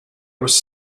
was